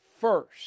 First